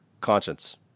conscience